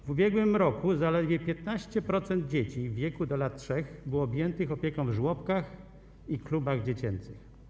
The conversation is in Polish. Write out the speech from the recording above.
W ubiegłym roku zaledwie 15% dzieci w wieku do lat 3 było objętych opieką w żłobkach i klubach dziecięcych.